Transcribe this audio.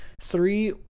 three